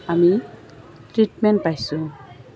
আমি ট্ৰিটমেণ্ট পাইছোঁ